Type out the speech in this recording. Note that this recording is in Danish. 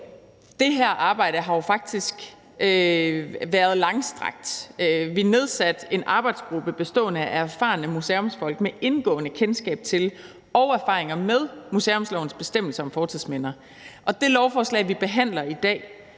Det her arbejde har jo faktisk været langstrakt. Vi nedsatte en arbejdsgruppe bestående af erfarne museumsfolk med indgående kendskab til og erfaringer med museumslovens bestemmelser om fortidsminder. Det lovforslag, vi behandler i dag,